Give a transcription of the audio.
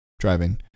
driving